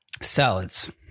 Salads